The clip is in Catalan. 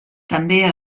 també